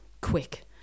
quick